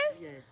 Yes